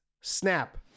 snap